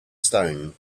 stone